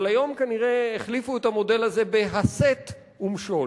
אבל היום כנראה החליפו את המודל הזה ב"הסת ומשול".